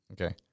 Okay